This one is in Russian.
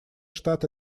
штаты